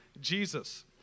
Jesus